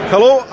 Hello